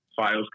Files